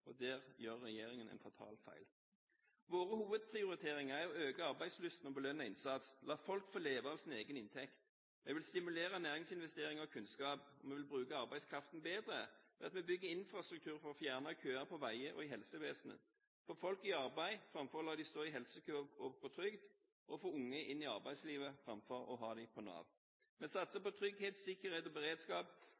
ned. Der gjør regjeringen en fatal feil. Våre hovedprioriteringer er å øke arbeidslysten, belønne innsats og la folk få leve av sin egen inntekt. Det vil stimulere næringsinvesteringer og kunnskap. Vi vil bruke arbeidskraften bedre ved at vi bygger infrastruktur for å fjerne køer på veier og i helsevesenet. Vi vil få folk i arbeid framfor å la dem stå i helsekø og gå på trygd, og få unge inn i arbeidslivet framfor å ha dem på Nav.